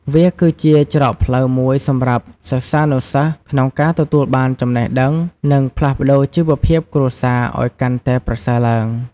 វាគឺជាច្រកផ្លូវមួយសម្រាប់សិស្សានុសិស្សក្នុងការទទួលបានចំណេះដឹង និងផ្លាស់ប្តូរជីវភាពគ្រួសារឱ្យកាន់តែប្រសើរឡើង។